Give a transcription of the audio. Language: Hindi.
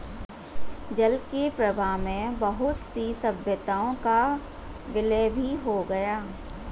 जल के प्रवाह में बहुत सी सभ्यताओं का विलय भी हो गया